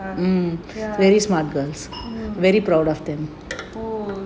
oh